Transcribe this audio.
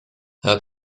her